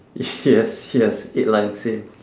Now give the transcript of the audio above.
yes yes eight line same